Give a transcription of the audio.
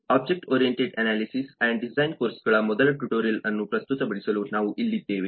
object oriented analysis and design ಕೋರ್ಸ್ಗಳ ಮೊದಲ tutorial ಅನ್ನು ಪ್ರಸ್ತುತಪಡಿಸಲು ನಾವು ಇಲ್ಲಿದ್ದೇವೆ